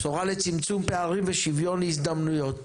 בשורה לצמצום פערים ושיווין הזדמנויות.